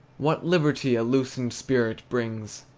what liberty a loosened spirit brings!